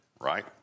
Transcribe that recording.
right